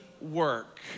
work